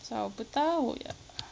找不到呀